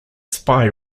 spy